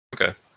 Okay